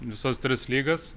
visas tris lygas